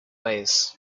ways